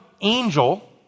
angel